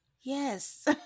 Yes